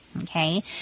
Okay